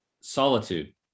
solitude